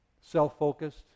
self-focused